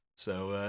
so ah,